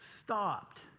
stopped